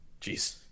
Jeez